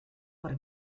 per